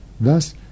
Thus